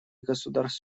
государств